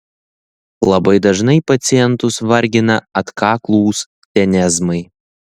labai dažnai pacientus vargina atkaklūs tenezmai